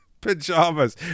pajamas